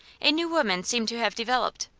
a new woman seemed to have developed.